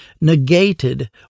negated